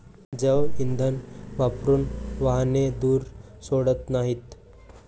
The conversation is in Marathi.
जैवइंधन वापरून वाहने धूर सोडत नाहीत